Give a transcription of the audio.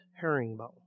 herringbone